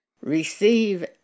receive